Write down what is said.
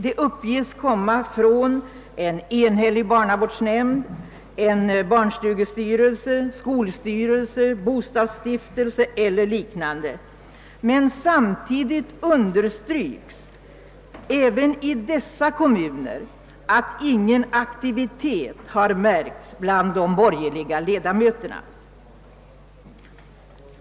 Det uppges komma från en enhällig barnavårdsnämnd, en barnstugestyrelse, en skolstyrelse, en bostadsstiftelse eller liknande, men samtidigt understryks även i dessa kommuner att ingen aktivitet har märkts bland de borgerliga ledamöterna.